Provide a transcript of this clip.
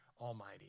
Almighty